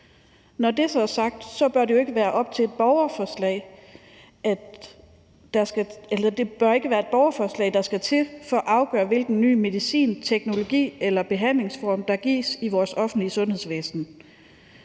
Når det så er sagt, bør det ikke være et borgerforslag, der skal til for at afgøre, hvilken ny medicin, teknologi eller behandlingsform der gives i vores offentlige sundhedsvæsen.